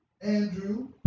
Andrew